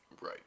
Right